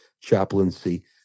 chaplaincy